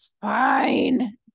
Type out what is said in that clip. fine